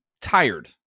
tired